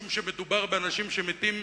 משום שמדובר באנשים שמתים